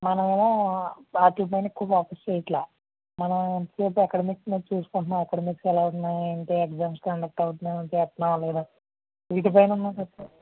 మనము ఏమో వాటి పైన ఎక్కువ ఫోకస్ చేయట్లేదు మనం ఎంతసేపు అకాడెమిక్ మీదే చూసుకుంటున్నాం అకాడెమిక్స్ ఎలా ఉన్నాయి ఏంటి ఎగ్జామ్స్ కండక్ట్ అవుతున్నాయా చేస్తున్నామా లేదా వీటిపైన ఉన్నాం తప్పితే